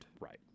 Right